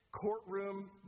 courtroom